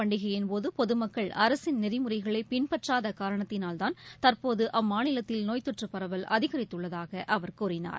பண்டிகையின்போதுபொதுமக்கள் கேரளாவில் ஒணம் அரசின் நெறிமுறைகளைபின்பற்றாதகாரணத்தினால்தான் தற்போதுஅம்மாநிலத்தில் நோய்த்தொற்றுபரவல் அதிகரித்துள்ளதாகஅவர் கூறினார்